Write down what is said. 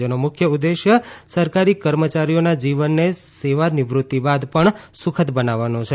જેનો મુખ્ય ઉદેશ્ય સરકારી કર્મચારીઓના જીવનને સેવાનિવૃતિ બાદ પણ સુખદ બનાવવાનો છે